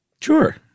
Sure